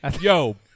Yo